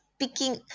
picking